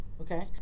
okay